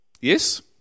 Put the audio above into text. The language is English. Yes